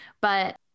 But-